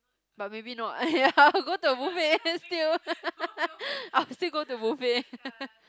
but maybe not ya I'll go to a movie and then steal I will still go to movie